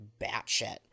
batshit